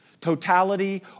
Totality